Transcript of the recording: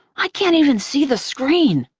i can't even see the screen.